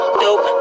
dope